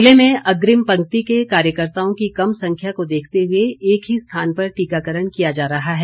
जिले में अग्रिम पंक्ति के कार्यकर्ताओं की कम संख्या को देखते हुए एक ही स्थान पर टीकाकरण किया जा रहा है